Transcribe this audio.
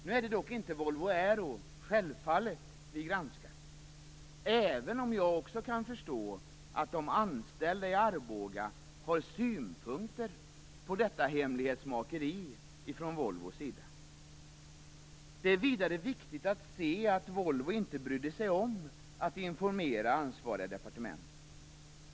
Nu är det dock självfallet inte Volvo Aero som vi granskar, även om jag kan förstå att de anställda i Arboga har synpunkter på detta hemlighetsmakeri från Volvos sida. Det är vidare viktigt att se att Volvo inte brydde sig om att informera ansvariga departement.